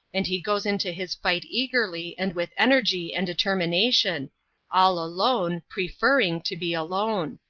and he goes into his fight eagerly and with energy and determination all alone, preferring to be alone.